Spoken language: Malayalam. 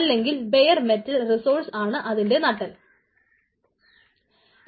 അല്ലെങ്കിൽ ബെയർ മെറ്റൽ റിസോഴ്സ് ആണ് അതിൻറെ നട്ടെല്ല്